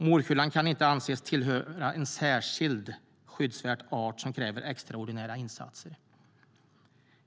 Morkullan kan inte anses tillhöra en särskilt skyddsvärd art som kräver extraordinära insatser.